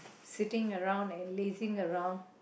sitting around and lazing around